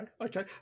okay